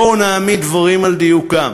בואו נעמיד דברים על דיוקם: